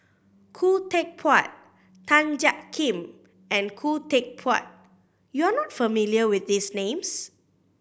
Khoo Teck Puat Tan Jiak Kim and Khoo Teck Puat you are not familiar with these names